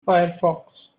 firefox